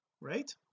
right